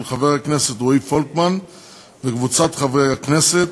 של חבר הכנסת רועי פולקמן וקבוצת חברי הכנסת,